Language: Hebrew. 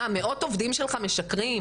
מה, מאות עובדים שלך משקרים?